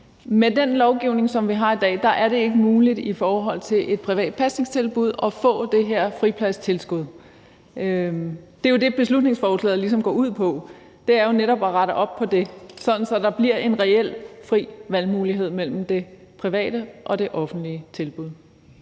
Med den lovgivning, som vi har i dag, er det ikke muligt i forhold til et privat pasningstilbud at få det her fripladstilskud. Det er jo det, beslutningsforslaget ligesom går ud på, nemlig at rette op på det, sådan at der bliver en reel fri valgmulighed mellem det private og det offentlige tilbud.